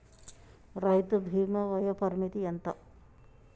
రైతు బీమా వయోపరిమితి ఎంత?